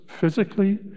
physically